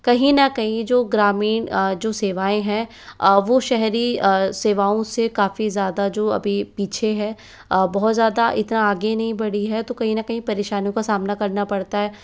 कहीं न कहीं जो ग्रामीण जो सेवाएँ हैं वह शहरी सेवाओं से काफी ज़्यादा जो अभी पीछे है बहुत ज़्यादा इतना आगे नहीं बढ़ी है तो कहीं न कहीं परेशानियों का सामना करना पड़ता है